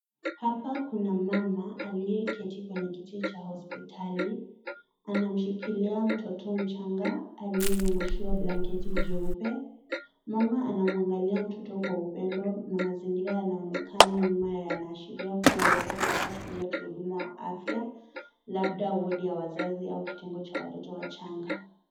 Hapa kuna mama aliyeketi kwenye kiti cha hospitali anamshikilia mtoto mchanga aliyesungushiwa blanketi jeupe mama anamwangalia mtoto kwa upendo na mazingira yanaonekana nyuma yanaashiria kuwa wako katika chumba cha wahudumu wa afya labda wodi ya wazazi au kiungo cha watoto wachanga.